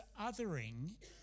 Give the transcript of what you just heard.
othering